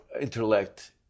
intellect